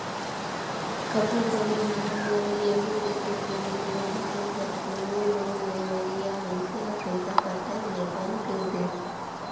कभों कभों हमन ल एहु देखे सुने ले मिलथे जब कोनो लोन लेहोइया मइनसे हर पइसा पटाए ले बंद कइर देहिस